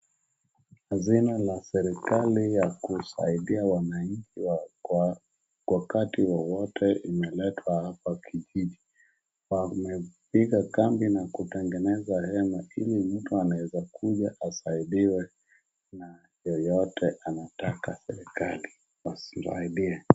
Hazina la serikali ya kusaidia wananchi kwa wakati wowote imeletwa hapa kijiji. Wamepiga kambi na kutengeneza hema ili mtu anaeza kuja asaidiwe na yeyote anataka serikali asaidie.